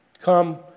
come